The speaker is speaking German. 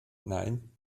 nein